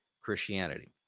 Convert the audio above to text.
Christianity